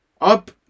up